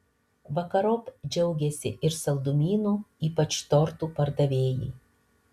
vakarop džiaugėsi ir saldumynų ypač tortų pardavėjai